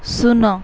ଶୂନ